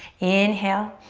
inhale,